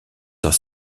dans